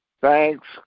Thanks